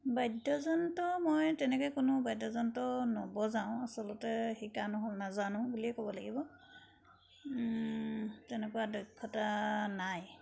বাদ্যযন্ত্ৰ মই তেনেকৈ কোনো বাদ্যযন্ত্ৰ নবজাওঁ আচলতে শিকা নহ'ল নাজানো বুলিয়েই ক'ব লাগিব তেনেকুৱা দক্ষতা নাই